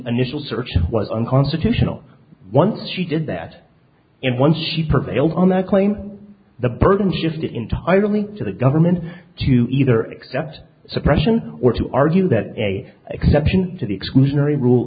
initial search was unconstitutional once she did that and once she prevailed on that claim the burden just entirely to the government to either accept suppression or to argue that a exception to the exclusionary rule